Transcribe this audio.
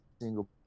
single